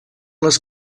les